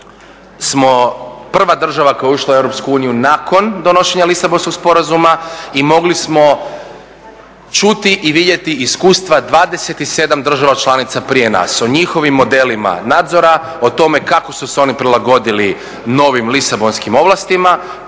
smo prva država koja je ušla u EU nakon donošenja Lisabonskog sporazuma i mogli smo čuti i vidjeti iskustva 27 država članica prije nas, o njihovim modelima nadzora, o tome kako su se oni prilagodili novim Lisabonskim ovlastima